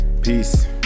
peace